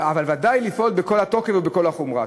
אבל בוודאי לפעול בכל התוקף ובכל החומרה.